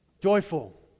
joyful